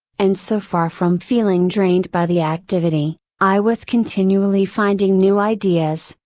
and so far from feeling drained by the activity, i was continually finding new ideas,